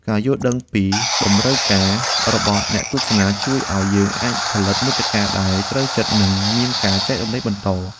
ការយល់ដឹងពីតម្រូវការរបស់អ្នកទស្សនាជួយឱ្យយើងអាចផលិតមាតិកាដែលត្រូវចិត្តនិងមានការចែករំលែកបន្ត។